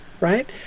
right